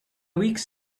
weeks